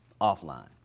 offline